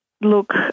look